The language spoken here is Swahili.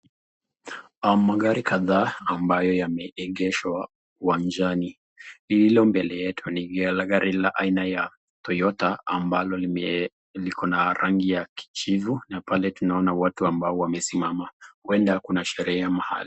Magari kadhaa ambayo yameegeshwa uwanjani. Lililo mbele yetu ni gari aina la Toyota ambalo lime, liko na rangi ya kijivu na pale tunaona watu ambao wamesimama huenda kuna sherehe mahali.